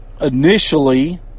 initially